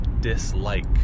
dislike